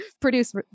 produce